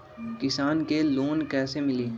किसान के लोन कैसे मिली?